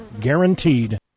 Guaranteed